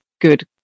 good